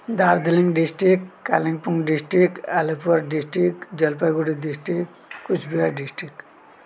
Darjeeling district Kalimpong district Alipur district Jalpaiguri district Coochbehar district